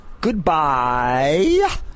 Goodbye